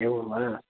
एवं वा